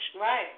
Right